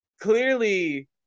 clearly